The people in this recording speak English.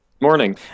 Morning